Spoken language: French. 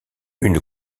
une